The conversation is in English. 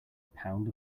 pound